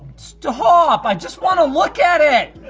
stop! i just wanna look at it.